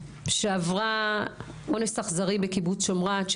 שעברה אונס אכזרי בקיבוץ שומרת,